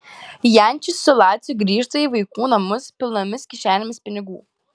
jančis su laciu grįžta į vaikų namus pilnomis kišenėmis pinigų